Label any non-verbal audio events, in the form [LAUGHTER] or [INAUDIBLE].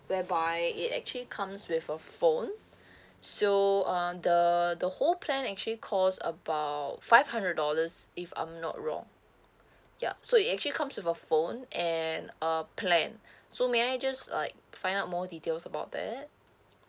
whereby it actually comes with a phone [BREATH] so um the the whole plan actually cost about five hundred dollars if I'm not wrong ya so it actually comes with a phone and a plan [BREATH] so may I just like find out more details about that